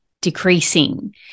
decreasing